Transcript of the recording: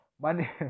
money